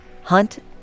Hunt